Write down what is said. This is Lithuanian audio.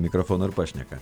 mikrofono ir pašneka